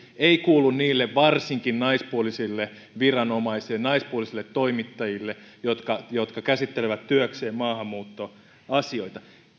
ei kuulu niille varsinkin naispuolisille viranomaisille naispuolisille toimittajille jotka jotka käsittelevät työkseen maahanmuuttoasioita